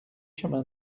chemin